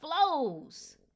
flows